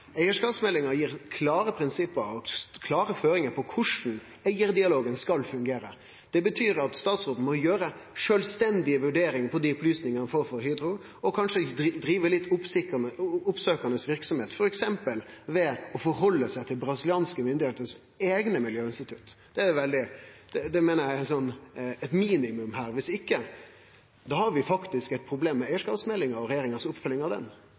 Eigarskapsmeldinga gir klare prinsipp og klare føringar for korleis eigardialogen skal fungere. Det betyr at statsråden må gjere sjølvstendige vurderingar av dei opplysningane han får frå Hydro, og kanskje drive litt oppsøkjande verksemd, f.eks. ved å halde seg til brasilianske myndigheiter sine eigne miljøinstitutt. Det meiner eg er eit minimum her. Viss ikkje har vi faktisk eit problem med regjeringas oppfølging av